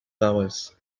powers